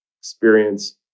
experience